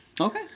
Okay